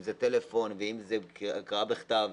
אם זה טלפון ואם זה הקראה בכתב.